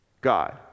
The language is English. god